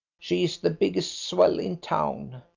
she's the biggest swell in town.